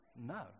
no